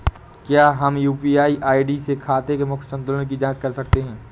क्या हम UPI ID से खाते के मूख्य संतुलन की जाँच कर सकते हैं?